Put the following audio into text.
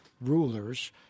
rulers